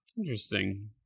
Interesting